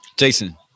Jason